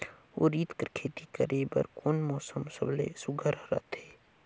उरीद कर खेती करे बर कोन मौसम सबले सुघ्घर रहथे?